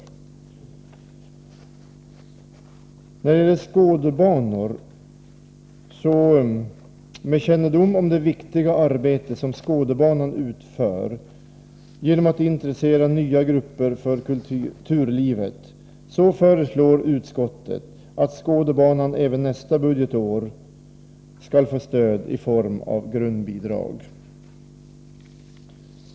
Med kännedom om det viktiga arbete som Skådebanan utför genom att intressera nya grupper för kulturlivet föreslår utskottet att Skådebanan även nästa budgetår skall få stöd i form av grundbidrag.